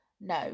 No